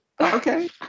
Okay